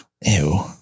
Ew